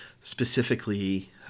specifically